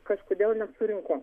kažkodėl nesurinko